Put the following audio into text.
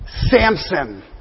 Samson